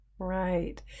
Right